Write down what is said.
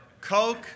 Coke